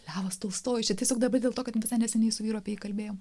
levas tolstojus tai tiesiog dabar dėl to kad visai neseniai su vyru apie tai kalbėjom